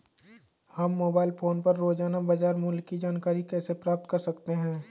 हम mobile phone पर रोजाना बाजार मूल्य की जानकारी कैसे प्राप्त कर सकते हैं?